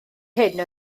hyn